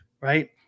right